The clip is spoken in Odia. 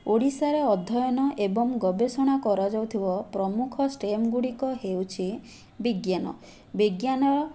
ଓଡ଼ିଶାରେ ଅଧ୍ୟୟନ ଏବଂ ଗବେଷଣା କରାଯାଉଥିବା ପ୍ରମୁଖ ଷ୍ଟେମ୍ ଗୁଡ଼ିକ ହେଉଛି ବିଜ୍ଞାନ ବିଜ୍ଞାନ